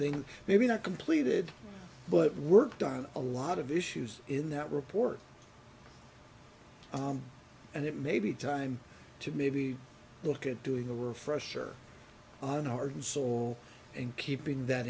them maybe not completed but worked on a lot of issues in that report and it may be time to maybe look at doing a refresher on heart and soul and keeping that